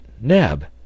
Neb